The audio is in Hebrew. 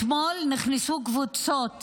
אתמול נכנסו קבוצות